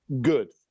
good